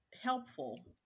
helpful